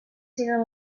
siguen